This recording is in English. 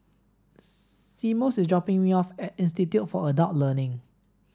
Seamus is dropping me off at Institute for Adult Learning